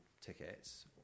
tickets